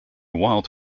wild